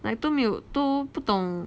like 都没有都不懂